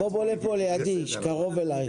בו לידי, קרוב אליי.